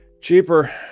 Cheaper